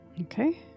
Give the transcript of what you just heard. Okay